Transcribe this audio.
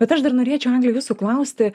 bet aš dar norėčiau egle jūsų klausti